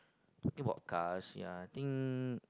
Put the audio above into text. talking about cars ya I think